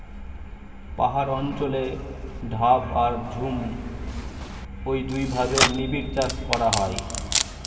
পাহাড় অঞ্চলে ধাপ আর ঝুম ঔ দুইভাবে নিবিড়চাষ করা হয়